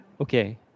Okay